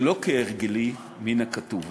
שלא כהרגלי, מן הכתוב.